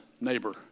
neighbor